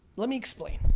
let me explain.